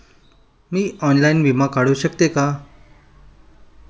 मी online विमा काढू शकते का?